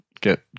get